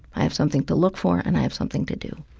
i have something to look for, and i have something to do.